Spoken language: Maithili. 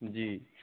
जी